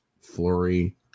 Flurry